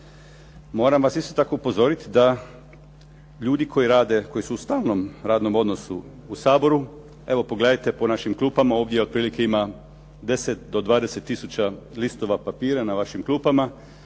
Moram vas isto tako upozoriti da ljudi koji rade, koji su u stalnom radnom odnosu u Saboru, evo pogledajte po našim klupama ovdje otprilike ima 10 do 20 tisuća listova papira na vašim klupama,